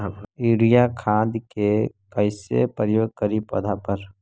Urea खाद के कैसे प्रयोग करि पौधा पर?